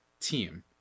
team